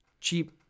cheap